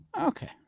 Okay